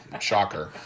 Shocker